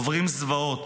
עוברים זוועות